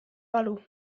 valu